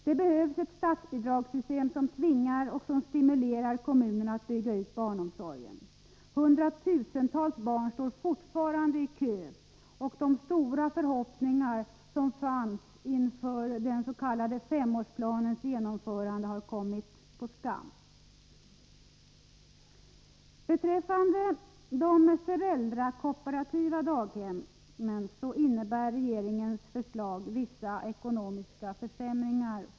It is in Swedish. Det behövs ett statsbidragssystem som tvingar och stimulerar kommunerna att bygga ut barnomsorgen. Hundratusentals barn står fortfarande i kö, och de stora förhoppningar som fanns inför den s.k. femårsplanens genomförande har kommit på skam. För de föräldrakooperativa daghemmen innebär regeringens förslag vissa ekonomiska försämringar.